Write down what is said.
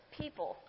people